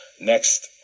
next